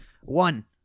One